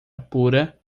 pura